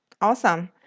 Awesome